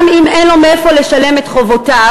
גם אם אין לו מאיפה לשלם את חובותיו?